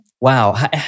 Wow